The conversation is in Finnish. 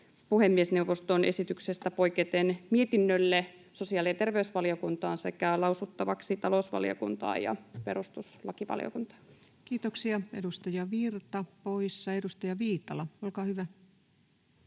puhemiesneuvoston esityksestä poiketen mietinnölle sosiaali- ja terveysvaliokuntaan sekä lausuttavaksi talousvaliokuntaan ja perustuslakivaliokuntaan. [Speech 180] Speaker: Ensimmäinen varapuhemies